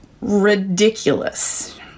ridiculous